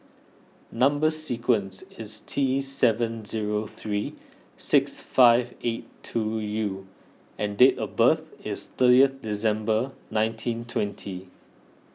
Number Sequence is T seven zero three six five eight two U and date of birth is thirtieth December nineteen twenty